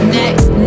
next